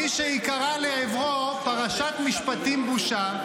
מישהי קראה לעברו במחאה "פרשת משפטים בושה".